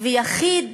ויחיד